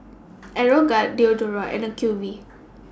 Aeroguard Diadora and Acuvue